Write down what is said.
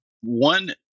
one